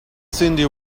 cyndi